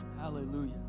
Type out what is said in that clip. Hallelujah